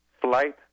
flight